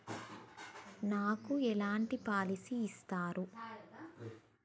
నాకు ఎలాంటి పాలసీ ఇస్తారు?